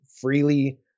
freely